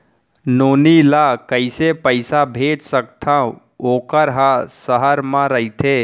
नोनी ल कइसे पइसा भेज सकथव वोकर ह सहर म रइथे?